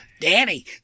Danny